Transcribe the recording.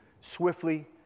swiftly